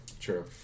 True